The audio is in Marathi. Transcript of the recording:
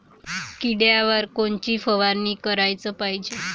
किड्याइवर कोनची फवारनी कराच पायजे?